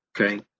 Okay